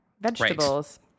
vegetables